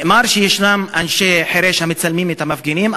נאמר שישנם אנשי חרש המצלמים את המפגינים.